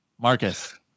Marcus